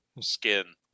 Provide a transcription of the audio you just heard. skin